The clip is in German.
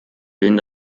willen